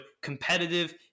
competitive